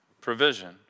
provision